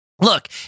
Look